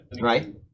Right